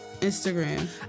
Instagram